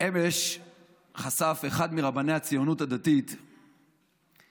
אמש חשף אחד מרבני הציונות הדתית מידע,